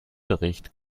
bericht